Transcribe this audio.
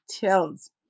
tells